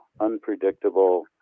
unpredictable